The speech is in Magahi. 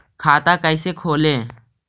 खाता कैसे खोले?